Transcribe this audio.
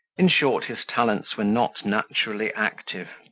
in short, his talents were not naturally active,